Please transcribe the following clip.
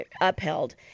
upheld